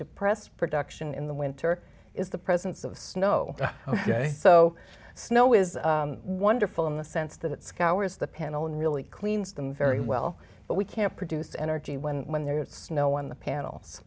depress production in the winter is the presence of snow ok so snow is wonderful in the sense that it scours the panel and really cleans them very well but we can't produce energy when when there's snow on the panels